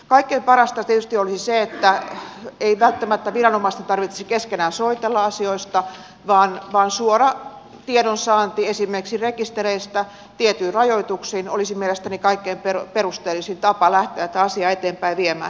kaikkein parasta tietysti olisi se että ei välttämättä viranomaisten tarvitsisi keskenään soitella asioista vaan suora tiedonsaanti esimerkiksi rekistereistä tietyin rajoituksin olisi mielestäni kaikkein perusteellisin tapa lähteä tätä asiaa eteenpäin viemään